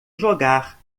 jogar